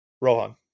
Rohan